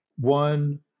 One